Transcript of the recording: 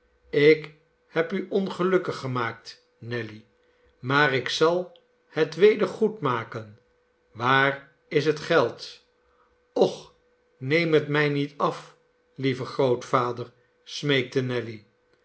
ik heb u ongelukkig gemaakt nelly maar ik zal het weder goedmaken waar is het geld och neem het mij niet af lieve grootvader smeekte nelly